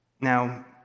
now